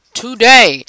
today